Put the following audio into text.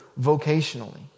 vocationally